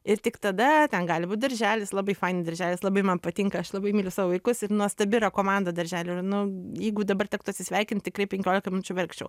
ir tik tada ten gali būt dirželis labai faniai dirželis labai man patinka aš labai myliu savo vaikus ir nuostabi yra komanda darželio ir nu jeigu dabar tektų atsisveikint tikrai penkiolika minučių verkčiau